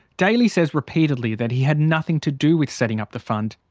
daly says repeatedly that he had nothing to do with setting up the fund.